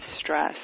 stress